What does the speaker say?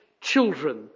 children